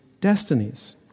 destinies